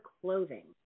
clothing